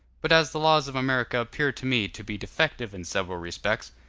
but as the laws of america appear to me to be defective in several respects,